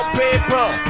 people